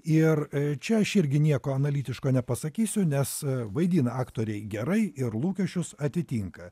ir čia aš irgi nieko analitiško nepasakysiu nes vaidina aktoriai gerai ir lūkesčius atitinka